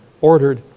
ordered